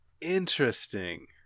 Interesting